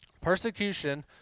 Persecution